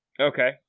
Okay